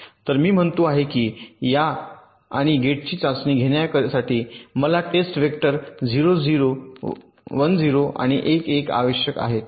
तर मी म्हणतो की या आणि गेटची चाचणी घेण्यासाठी मला टेस्ट वेक्टर ० ० १ ० आणि १ १ आवश्यक आहेत का